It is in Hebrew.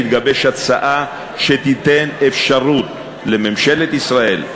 תתגבש הצעה שתיתן אפשרות לממשלת ישראל,